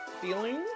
feeling